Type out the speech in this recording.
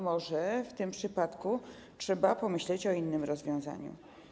Może w tym przypadku trzeba pomyśleć o innym rozwiązaniu?